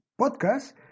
podcast